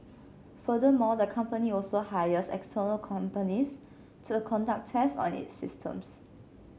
furthermore the company also hires external companies to conduct tests on its systems